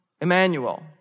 Emmanuel